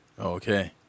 Okay